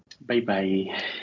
Bye-bye